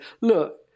look